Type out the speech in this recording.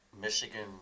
Michigan